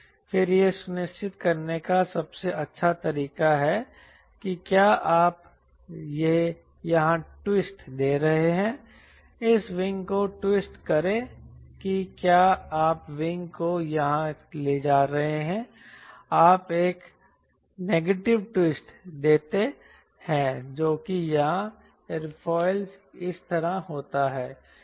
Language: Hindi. फिर यह सुनिश्चित करने का सबसे अच्छा तरीका है कि क्या आप यहां ट्विस्ट दे रहे हैं इस विंग को ट्विस्ट करें कि क्या आप विंग को यहां ले जा रहे हैं आप एक नेगेटिव ट्विस्ट देते हैं जो कि यहां एयरोफिल्स इस तरह होता है